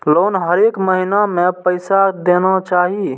Loan हरेक महीना में पैसा देना चाहि?